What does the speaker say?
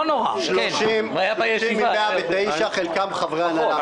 30 מ-109, חלקם חברי הנהלה.